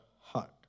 heart